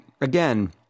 again